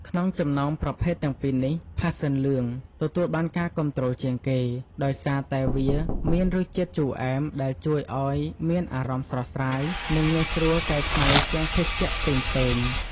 ក្នុងចំណោមប្រភេទទាំងពីរនេះ ផាសសិនលឿង ទទួលបានការគាំទ្រជាងគេ ដោយសារតែវាមានរសជាតិជូរអែមដែលជួយឲ្យមានអារម្មណ៍ស្រស់ស្រាយ និងងាយស្រួលកែច្នៃជាភេសជ្ជៈផ្សេងៗ។